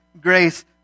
grace